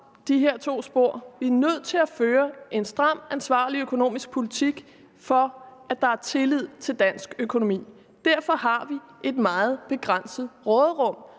de her to spor: Vi er nødt til at føre en stram, ansvarlig økonomisk politik, for at der er tillid til dansk økonomi. Derfor har vi et meget begrænset råderum.